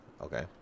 okay